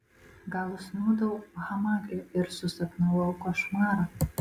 gal užsnūdau hamake ir susapnavau košmarą